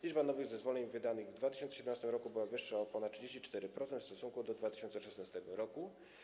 Liczba nowych zezwoleń wydanych w 2017 r. była wyższa o ponad 34% w stosunku do 2016 r.